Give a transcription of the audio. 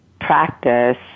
practice